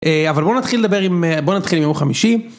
אבל בואו נתחיל לדבר עם, בואו נתחיל עם יום חמישי.